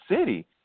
city